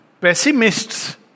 pessimists